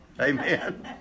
Amen